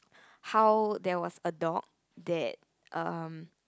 how there was a dog that um